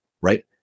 right